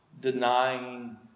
denying